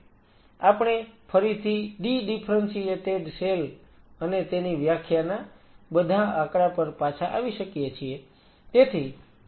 આપણે ફરીથી ડી ડિફરન્સિએટેડ સેલ અને તેની વ્યાખ્યાના બધા આંકડા પર પાછા આવી શકીએ છીએ